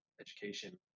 education